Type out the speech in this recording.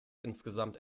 insgesamt